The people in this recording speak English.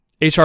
HR